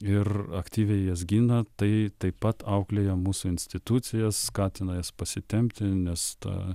ir aktyviai jas gina tai tai taip pat auklėja mūsų institucijas skatina jas pasitempti nes ta